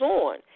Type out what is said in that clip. on